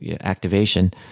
activation